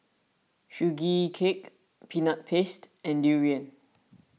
Sugee Cake Peanut Paste and Durian